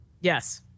Yes